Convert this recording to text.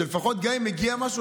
שלפחות גם אם יגיע משהו,